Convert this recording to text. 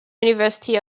university